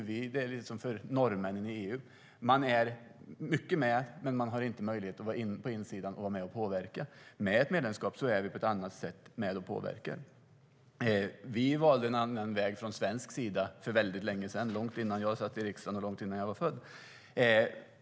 Det är som för norrmännen och EU: Man är mycket med, men man har inte möjlighet att vara på insidan och vara med och påverka. Med ett medlemskap är vi med på ett annat sätt och påverkar. Vi valde från svensk sida en annan väg för väldigt länge sedan - långt innan jag satt i riksdagen och långt innan jag var född.